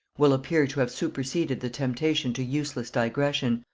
will appear to have superseded the temptation to useless digression,